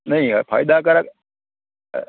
નહી ફાયદા કારક